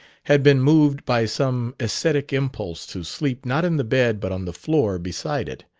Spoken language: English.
had been moved by some ascetic impulse to sleep not in the bed but on the floor beside it.